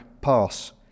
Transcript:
Pass